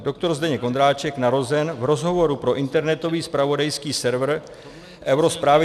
Doktor Zdeněk Ondráček, narozen, v rozhovoru pro internetový zpravodajský server eurozprávy.